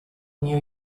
new